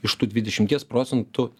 iš tų dvidešimties procentų